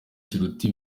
kiruta